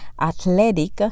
athletic